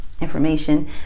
information